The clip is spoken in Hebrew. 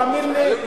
תאמין לי,